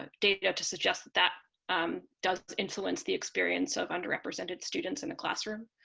ah data to suggest that that does influence the experience of underrepresented students in the classroom.